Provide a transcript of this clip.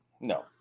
No